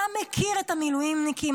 אתה מכיר את המילואימניקים,